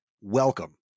welcome